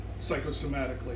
psychosomatically